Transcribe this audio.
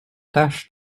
tâche